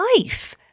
life